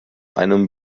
einem